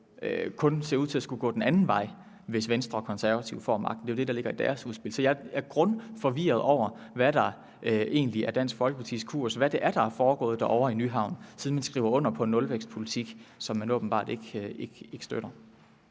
jo kun ser ud til at skulle gå den anden vej, hvis Venstre og Konservative får magten. Det er jo det, der ligger i deres udspil. Så jeg er grundforvirret over, hvad der egentlig er Dansk Folkepartis kurs, og hvad det er, der er foregået ovre i Nyhavn, siden man skriver under på en nulvækstpolitik, som man åbenbart ikke støtter.